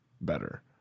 better